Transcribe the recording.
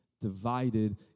divided